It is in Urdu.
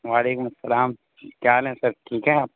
وعلیکم السلام کیا حال ہیں سر ٹھیک ہیں آپ